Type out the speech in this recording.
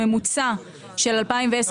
וב-24 היא צופה התאוששות של 5.6%,